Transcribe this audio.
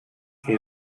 que